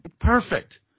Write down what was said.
Perfect